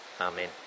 Amen